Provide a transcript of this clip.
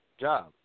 job